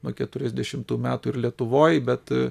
nuo keturiasdešimtų metų ir lietuvoj bet